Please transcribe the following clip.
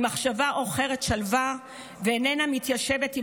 היא מחשבה עוכרת שלווה ואיננה מתיישבת עם